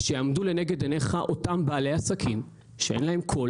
שיעמדו לנגד עיניך אותם בעלי עסקים שאין להם קול